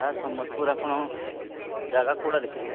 sir Sambalpur ଆପଣ ଜାଗା କୋଉଟା ଦେଖିବେ